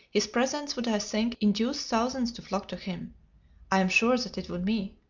his presence would, i think, induce thousands to flock to him i'm sure that it would me.